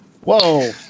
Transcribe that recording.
Whoa